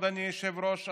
אדוני היושב-ראש,